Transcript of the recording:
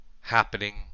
happening